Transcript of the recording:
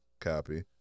Copy